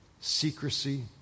secrecy